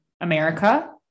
America